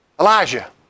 Elijah